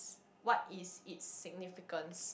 what is it's significance